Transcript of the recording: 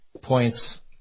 points